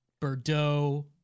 Bordeaux